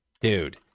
Dude